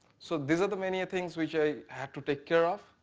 so these are the many things which i had to take care of,